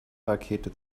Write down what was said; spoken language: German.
rakete